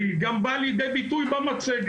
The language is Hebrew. וזה גם בא לידי ביטוי במצגת.